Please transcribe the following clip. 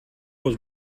was